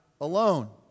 alone